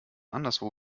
anderswo